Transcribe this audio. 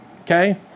okay